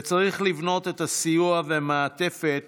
וצריך לבנות את הסיוע והמעטפת